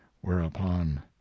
whereupon